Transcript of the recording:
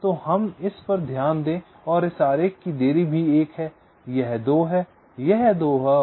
तो हम इस पर ध्यान दें और इस आरेख की देरी भी 1 है यह 2 है यह 2 है और यह 2 है